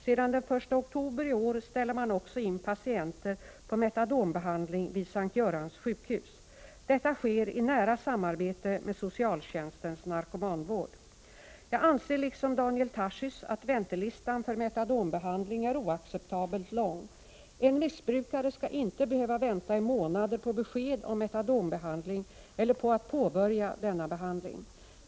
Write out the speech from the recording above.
Sedan den 1 oktober i år ställer man också in patienter för metadonbehandling vid S:t Görans sjukhus. Detta sker i nära samarbete med socialtjänstens narkomanvård. Jag anser liksom Daniel Tarschys att väntelistan för metadonbehandling är oacceptabelt lång. En missbrukare skall inte behöva vänta i månader på besked om metadonbehandling eller på att påbörja denna behandling.